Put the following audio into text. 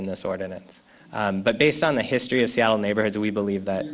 in this ordinance but based on the history of seattle neighborhoods we believe that